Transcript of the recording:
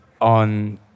on